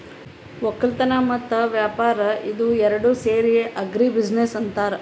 ವಕ್ಕಲತನ್ ಮತ್ತ್ ವ್ಯಾಪಾರ್ ಇದ ಏರಡ್ ಸೇರಿ ಆಗ್ರಿ ಬಿಜಿನೆಸ್ ಅಂತಾರ್